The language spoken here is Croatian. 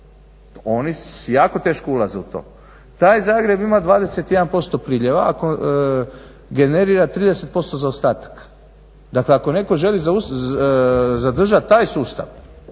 Oni jako teško ulaze u to. Taj Zagreb ima 21% priljeva ako generira 30% zaostataka. Dakle, ako netko želi zadržati taj sustav,